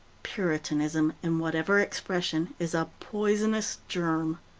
puritanism, in whatever expression, is a poisonous germ.